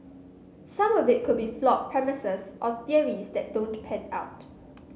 some of it could be flawed premises or theories that don't pan out